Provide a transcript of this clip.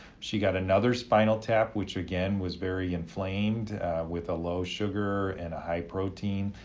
she got another spinal tap, which again, was very inflamed with a low sugar and a high-protein.